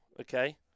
Okay